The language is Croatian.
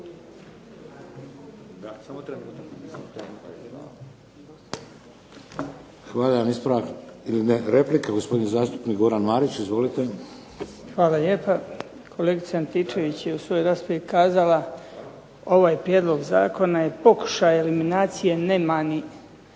Hvala lijepa. Kolegica Antičević je u svojoj raspravi kazala, ovaj prijedlog zakona je pokušaj eliminacije nemani,